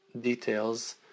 details